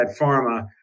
pharma